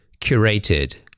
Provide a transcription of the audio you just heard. curated